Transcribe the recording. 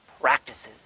practices